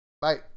Bye